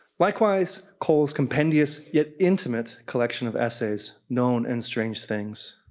likewise, cole's compendious yet intimate collection of essays, known and strange things,